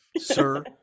sir